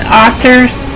authors